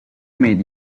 made